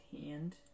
hand